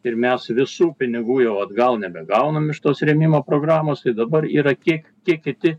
ir mes visų pinigų jau atgal nebegaunam iš tos rėmimo programos tai dabar yra kiek tie kiti